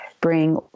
bring